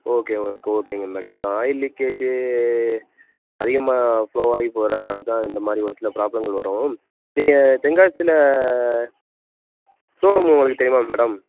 okay ஓகேங்க madam so oil leakage அதிகமாக ப்ளோவாகி போறதனால தான் இந்த மாதிரி ஒரு சில ப்ராப்ளங்கள் வரும் நீங்கள் தென்காசியில் ஷோரூம் உங்களுக்கு தெரியுமா மேடம்